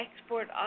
export